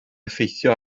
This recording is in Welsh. effeithio